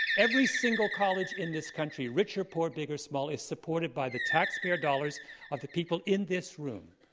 every single college in this country, rich or poor, big or small, is supported by the taxpayer dollars of the people in this room.